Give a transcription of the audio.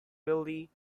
wealthy